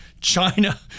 china